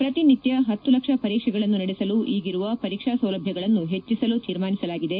ಪ್ರತಿನಿತ್ಯ ಹತ್ತು ಲಕ್ಷ ಪರೀಕ್ಷೆಗಳನ್ನು ನಡೆಸಲು ಈಗಿರುವ ಪರೀಕ್ಷಾ ಸೌಲಭ್ಯಗಳನ್ನು ಹೆಚ್ಚಿಸಲು ತೀರ್ಮಾನಿಸಲಾಗಿದೆ